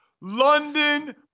London